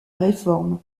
réforme